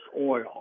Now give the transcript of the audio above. Oil